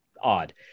Odd